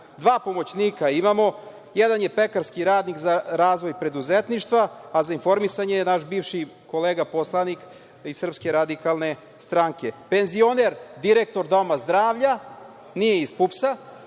dva pomoćnika imamo, jedan je pekarski radnik za razvoj preduzetništva, a za informisanje je naš bivši kolega poslanik iz SRS, penzioner, direktor doma zdravlja, nije iz PUPS-a,